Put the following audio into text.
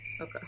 Okay